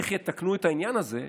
איך יתקנו את העניין הזה.